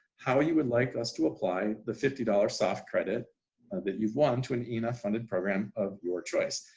how you would like us to apply the fifty dollars soft credit that you've won to an enf funded program of your choice,